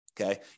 Okay